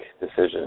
decision